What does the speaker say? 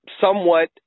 somewhat